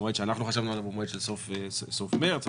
המועד שחשבנו עליו הוא סוף מרץ,